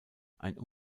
ein